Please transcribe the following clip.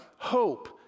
hope